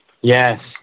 Yes